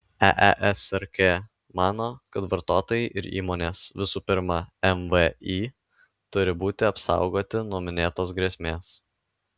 eesrk mano kad vartotojai ir įmonės visų pirma mvį turi būti apsaugoti nuo minėtos grėsmės